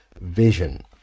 vision